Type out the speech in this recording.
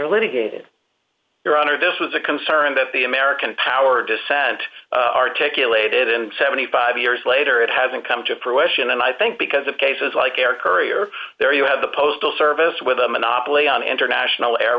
are litigated your honor this was a concern that the american power dissent articulated and seventy five years later it hasn't come to fruition and i think because of cases like air courier there you have the postal service with a monopoly on international air